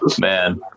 man